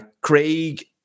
Craig